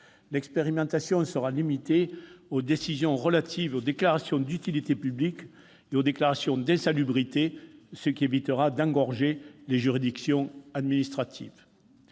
L'expérimentation sera limitée aux décisions relatives aux déclarations d'utilité publique et aux déclarations d'insalubrité, ce qui évitera d'engorger les juridictions administratives.